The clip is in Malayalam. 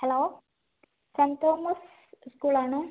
ഹലോ സെൻറ്റ് തോമസ് സ്കൂൾ ആണോ